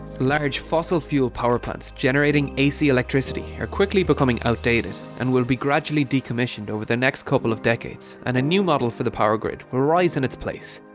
large fossil fuel power-plants generating ac electricity are quickly becoming out-dated and will be gradually decommissioned over the next couple of decades and a new model for the power-grid will rise in it's place.